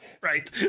Right